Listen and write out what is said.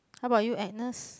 how about you Agnes